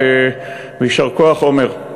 ויישר כוח, עמר,